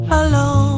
alone